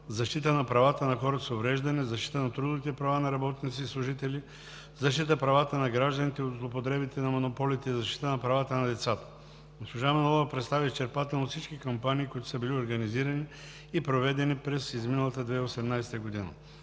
защита на правата на хората с увреждания, защита на трудовите права на работници и служители, защита правата гражданите от злоупотребите на монополите, защита на правата на децата. Госпожа Манолова представи изчерпателно всички кампании, които са били организирани и проведени през изминалата година.